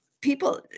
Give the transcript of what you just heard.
people